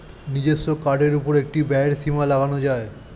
নিজস্ব কার্ডের উপর একটি ব্যয়ের সীমা লাগানো যায়